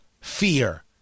fear